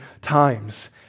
times